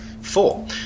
Four